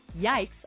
Yikes